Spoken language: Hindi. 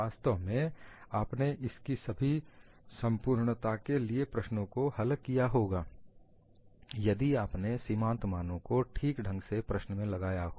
वास्तव में आपने इसकी सभी संपूर्णता के लिए प्रश्नों को हल किया होगा यदि आपने सीमांत मानों को ठीक ढंग से प्रश्न में लगाया हो